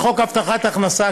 לחוק הבטחת הכנסה,